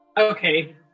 Okay